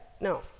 no